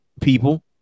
people